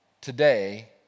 today